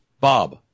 Bob